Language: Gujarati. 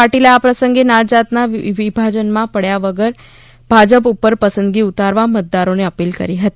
પાટિલે આ પ્રસંગે નાતજાતના વિભાજનમાં પડ્યા વગર ભાજપ ઉપર પસંદગી ઉતારવા મતદારો ને અપીલ કરી હતી